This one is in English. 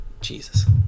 Jesus